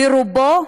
רובו,